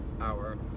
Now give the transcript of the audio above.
hour